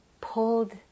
pulled